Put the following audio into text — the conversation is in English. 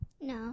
No